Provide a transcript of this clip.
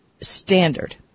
standard